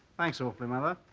thanks awfully mother